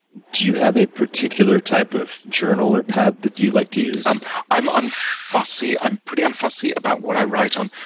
do you have a particular type of journal or pad that you like to use? i'm i'm unfussy. i'm pretty unfussy about what i write on.